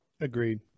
Agreed